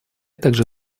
также